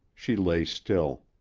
she lay still.